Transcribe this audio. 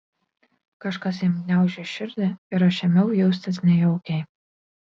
kažkas jam gniaužė širdį ir aš ėmiau jaustis nejaukiai